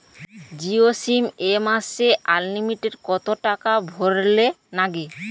Jio sim এ মাসে unlimited কত টাকা ভরের নাগে?